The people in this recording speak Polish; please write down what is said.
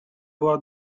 była